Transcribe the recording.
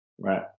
Right